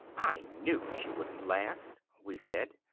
i knew she wouldn't last! we said.